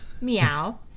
Meow